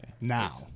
Now